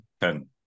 Ten